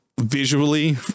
visually